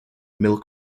mill